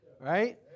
right